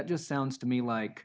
just sounds to me like